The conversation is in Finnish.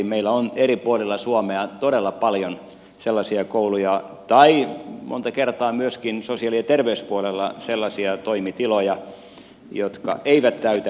meillä on eri puolilla suomea todella paljon sellaisia kouluja tai monta kertaa myöskin sosiaali ja terveyspuolella sellaisia toimitiloja jotka eivät täytä näitä